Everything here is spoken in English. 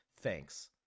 Thanks